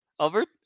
Albert